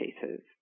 cases